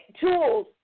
tools